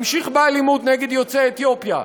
המשיך באלימות נגד יוצאי אתיופיה,